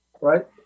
right